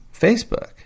Facebook